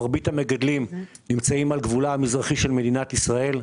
מרבית המגדלים נמצאים על גבולה המזרחי של מדינת ישראל.